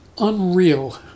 unreal